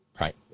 right